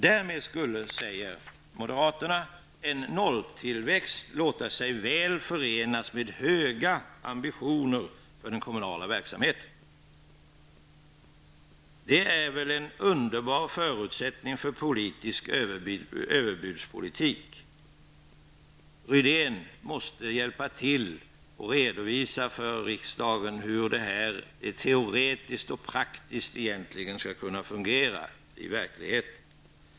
Därmed skulle, säger moderaterna, en nolltillväxt låta sig väl förenas med höga ambitioner för den kommunala verksamheten. Det är väl en underbar förutsättning för politisk överbudspolitik? Rune Rydén måste redovisa för riksdagen hur detta teoretiskt och praktiskt egentligen skall kunna fungera i verkligheten.